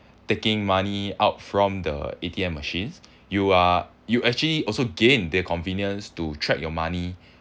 taking money out from the A_T_M machines you are you actually also gain their convenience to track your money